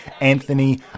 Anthony